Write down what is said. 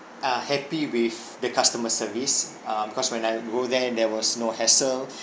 uh happy with the customer service uh because when I go there and there was no hassle